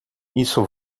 isso